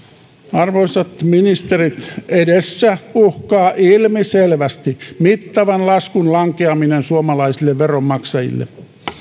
arvoisat ministerit edessä uhkaa ilmiselvästi mittavan laskun lankeaminen suomalaisille veronmaksajille